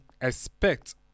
Expect